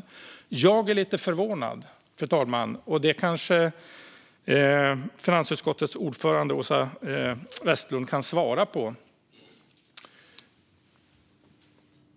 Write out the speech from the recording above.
En sak gör mig lite förvånad, fru talman, men detta kanske finansutskottets ordförande Åsa Westlund kan svara på: